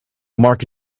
mark